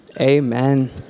amen